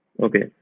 okay